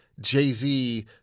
jay-z